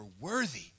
worthy